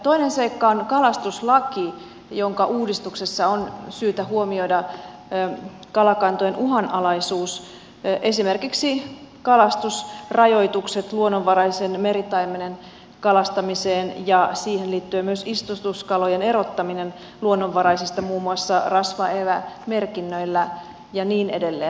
toinen seikka on kalastuslaki jonka uudistuksessa on syytä huomioida kalakantojen uhanalaisuus esimerkiksi kalastusrajoitukset luonnonvaraisen meritaimenen kalastamiseen ja siihen liittyen myös istutuskalojen erottaminen luonnonvaraisista muun muassa rasvaevämerkinnöillä ja niin edelleen